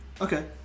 Okay